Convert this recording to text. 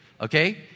okay